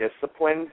disciplined